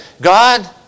God